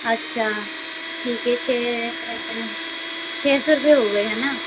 अच्छा ठीक है छः फिर छः सौ रुपए हो गए है ना